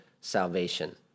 salvation